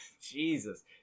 Jesus